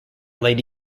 late